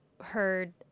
heard